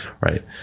Right